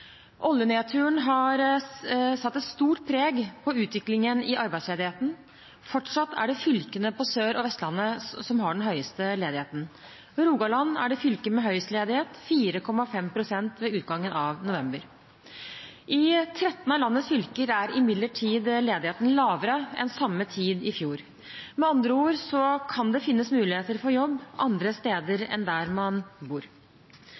Oljenedturen har satt et stort preg på utviklingen i arbeidsledigheten. Fortsatt er det fylkene på Sør- og Vestlandet som har den høyeste ledigheten. Rogaland er fylket med høyest ledighet, 4,5 pst ved utgangen av november. I 13 av landets fylker er imidlertid ledigheten lavere enn på samme tid i fjor. Med andre ord kan det finnes muligheter for jobb andre steder enn der man bor.